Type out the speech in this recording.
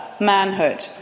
manhood